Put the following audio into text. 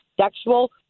sexual